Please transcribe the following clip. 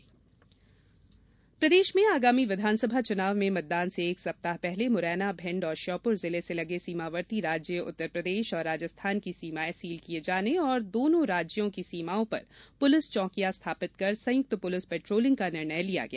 संयुक्त police patrolling प्रदेश में आगामी विधानसभा चुनाव में मतदान से एक सप्ताह पहले मुरैना भिंड ओर श्योपुर जिले से लगे सीमावर्ती राज्य उत्तर प्रदेश और राजस्थान की सीमाएं सील किये जाने ओर दोनों राज्यों की सीमाओं पर पुलिस चौकियां स्थापित कर संयुक्त पुलिस पेट्रोलिंग का निर्णय लिया गया